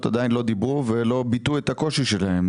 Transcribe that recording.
עדיין לא דיברו ולא ביטאו את הקושי שלהם.